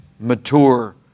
mature